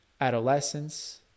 adolescence